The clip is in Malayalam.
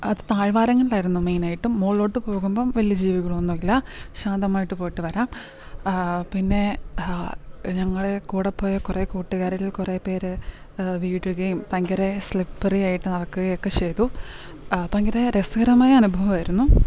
അത് താഴ്വാരങ്ങളിൽ ആയിരുന്നു മെയിനായിട്ടും മോളിലോട്ട് പോകുമ്പം വലിയ ജീവികൾ ഒന്നും ഇല്ല ശാന്തമായിട്ട് പോയിട്ട് വരാം പിന്നെ ഞങ്ങളെ കൂടെ പോയ കുറെ കൂട്ടുകാരിൽ കുറെ പേര് വീഴുകയും ഭയങ്കര സ്ലിപ്പറിയായിട്ട് നടക്കുകയൊക്കെ ചെയ്തു ഭയങ്കര രസകരമായ അനുഭവമായിരുന്നു